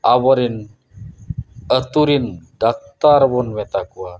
ᱟᱵᱚ ᱨᱮᱱ ᱟᱹᱛᱩ ᱨᱮᱱ ᱰᱟᱠᱛᱟᱨ ᱵᱚᱱ ᱢᱮᱛᱟᱠᱚᱣᱟ